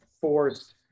forced